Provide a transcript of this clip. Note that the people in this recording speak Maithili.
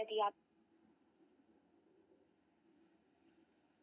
मसालाक उपयोग भोजन कें सुअदगर, रंगीन आ गुणवतत्तापूर्ण बनबै लेल कैल जाइ छै